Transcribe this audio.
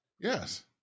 Yes